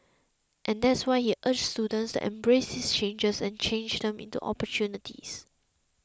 and that's why he urged students embrace these changes and change them into opportunities